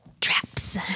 traps